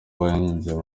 bahinze